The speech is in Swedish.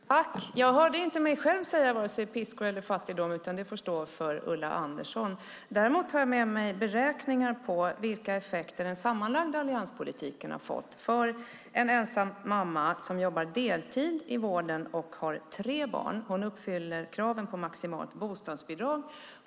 Fru talman! Jag hörde inte mig själv säga vare sig piska eller fattigdom. Det får stå för Ulla Andersson. Jag har med mig beräkningar på vilka effekter den sammanlagda allianspolitiken har fått. En ensam trebarnsmamma som jobbar deltid i vården uppfyller kraven på maximalt bostadsbidrag.